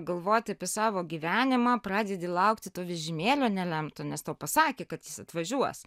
galvoti apie savo gyvenimą pradedi laukti to vežimėlio nelemto nes tau pasakė kad jis atvažiuos